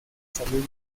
salud